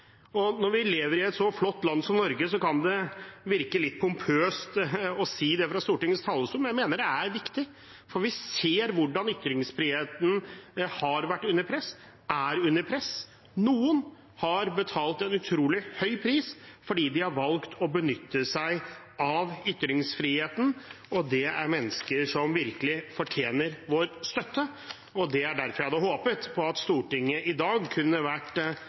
dag. Når vi lever i et så flott land som Norge, kan det virke litt pompøst å si det fra Stortingets talerstol, men jeg mener det er viktig. For vi ser hvordan ytringsfriheten har vært under press, og er under press. Noen har betalt en utrolig høy pris fordi de har valgt å benytte seg av ytringsfriheten, og det er mennesker som virkelig fortjener vår støtte. Derfor hadde jeg håpet at Stortinget i dag i denne debatten enda bredere kunne